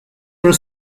were